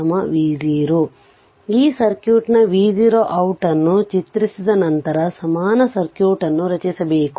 ಆದ್ದರಿಂದ ಈ ಸರ್ಕ್ಯೂಟ್ ನ v0 ut ಅನ್ನು ಚಿತ್ರಿಸಿದ ನಂತರ ಸಮಾನ ಸರ್ಕ್ಯೂಟ್ ನ್ನು ರಚಿಸಬೇಕು